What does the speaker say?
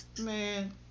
man